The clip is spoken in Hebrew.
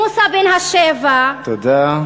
מוסא בן השבע, תודה.